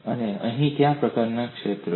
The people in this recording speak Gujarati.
અને અહીં કયા પ્રકારનું ક્ષેત્ર છે